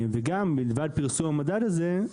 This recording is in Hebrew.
ומלבד פרסום המדד הזה,